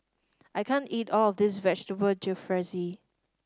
I can't eat all of this Vegetable Jalfrezi